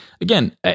again